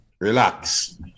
Relax